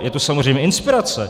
Je to samozřejmě inspirace.